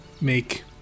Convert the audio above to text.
make